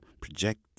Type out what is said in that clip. project